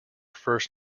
first